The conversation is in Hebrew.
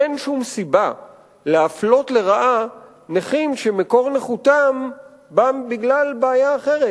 אין שום סיבה להפלות לרעה נכים שמקור נכותם בגלל בעיה אחרת,